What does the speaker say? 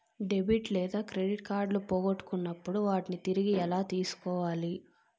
debit లేదా credit కార్డులు పోగొట్టుకున్నప్పుడు వాటిని తిరిగి ఎలా తీసుకోవాలి